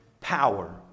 power